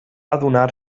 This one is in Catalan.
adonar